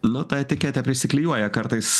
nu tą etiketę prisiklijuoja kartais